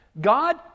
God